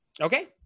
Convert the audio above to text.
okay